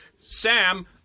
Sam